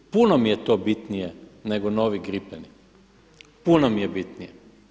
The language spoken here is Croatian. Puno mi je to bitnije nego novi gripeni, puno mi je bitnije.